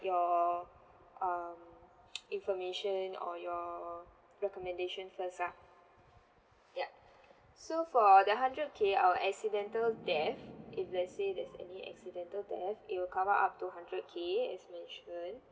your um information or your recommendation first lah yup so for the hundred K our accidental death if let's say there's any accidental death it will cover up to hundred K as mentioned